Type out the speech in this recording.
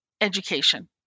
education